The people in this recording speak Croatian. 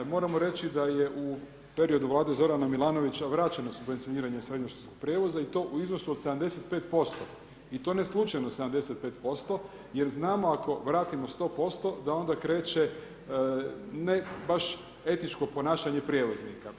Moramo reći da je u periodu vlade Zorana Milanovića vraćeno subvencioniranje srednjoškolskog prijevoza i to u iznosu od 75% i to ne slučajno 75% jer znamo ako vratimo 100% da onda kreće ne baš etičko ponašanje prijevoznika.